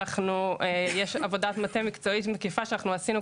יש עבודת מטה מקצועית ומקיפה שעשינו,